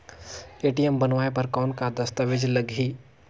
ATM बनवाय बर कौन का दस्तावेज लगही?